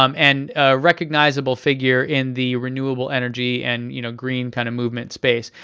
um and ah recognizable figure in the renewable energy and you know green kind of movement space.